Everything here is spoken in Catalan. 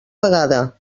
vegada